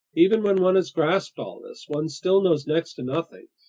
even when one has grasped all this, one still knows next to nothing,